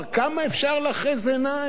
כמה אפשר לאחז עיניים?